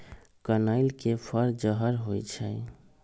कनइल के फर जहर होइ छइ